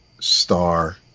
star